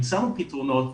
הצענו פתרונות.